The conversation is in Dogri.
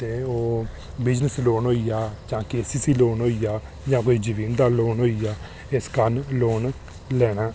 ते ओह् जां बिज़नेस लोन होइया ते जां केसीसी लोन होइया ते जां कोई जमीन दा लोन होइया ते इस कारण लोन लैना